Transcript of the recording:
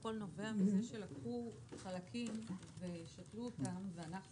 שהכול נובע מזה שלקחו חלקים ושתלו אותם, ואנחנו